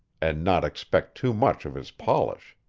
and not expect too much of his polish.